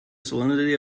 salinity